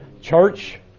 church